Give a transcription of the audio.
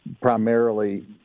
primarily